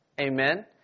amen